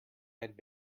eyed